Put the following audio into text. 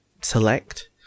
select